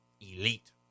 elite